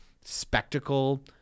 spectacle